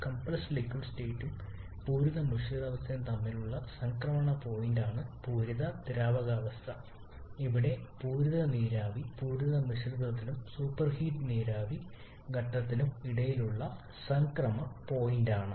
compressed liquid സ്റ്റേറ്റും പൂരിത മിശ്രിത അവസ്ഥയും തമ്മിലുള്ള സംക്രമണ പോയിന്റാണ് പൂരിത ദ്രാവക അവസ്ഥ ഇവിടെ പൂരിത നീരാവി പൂരിത മിശ്രിതത്തിനും സൂപ്പർഹീഡ് നീരാവി ഘട്ടത്തിനും ഇടയിലുള്ള ഒരു സംക്രമണ പോയിന്റാണ്